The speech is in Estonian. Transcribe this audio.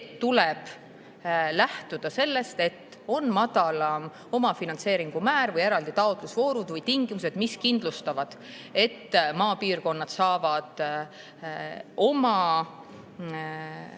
tuleb lähtuda sellest, et on madalam omafinantseeringu määr või eraldi taotlusvoorud või tingimused, mis kindlustavad, et maapiirkonnad saavad oma